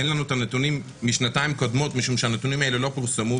אין לנו את הנתונים משנתיים קודמות משום שהנתונים האלו לא פורסמו,